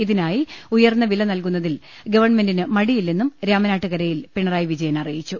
ഇതിനായി ഉയർന്ന വില നൽകുന്നതിൽ ഗവൺമെന്റിന് മടിയില്ലെന്നും രാമ നാട്ടു കരയിൽ പിണ റായി അറിയിച്ചു